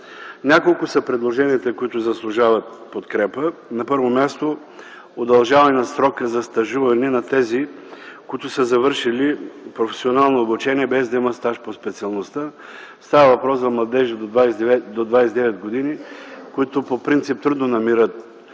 Няколко са предложенията, които заслужават подкрепа. На първо място, удължаване на срока за стажуване на тези, които са завършили професионално обучение, без да имат стаж по специалността. Става въпрос за младежи до 29 години, които по принцип трудно намират